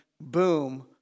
boom